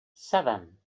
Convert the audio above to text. seven